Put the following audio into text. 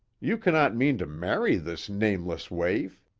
you cannot mean to marry this nameless waif?